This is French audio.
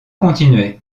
continuait